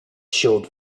showed